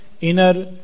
inner